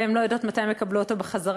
והן לא יודעות מתי הן יקבלו אותם בחזרה.